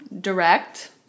direct